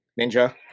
Ninja